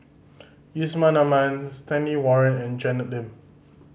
Yusman Aman Stanley Warren and Janet Lim